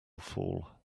fall